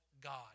God